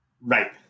Right